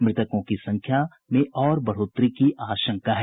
मृतकों की संख्या में और बढ़ोतरी की आशंका है